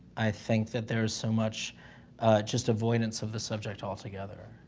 i think, that there's so much just avoidance of the subject altogether,